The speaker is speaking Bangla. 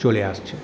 চলে আসছে